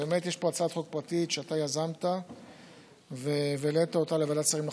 באמת יש פה הצעת חוק פרטית שאתה יזמת והעלית אותה לוועדת שרים לחקיקה,